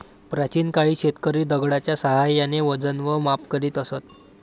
प्राचीन काळी शेतकरी दगडाच्या साहाय्याने वजन व माप करीत असत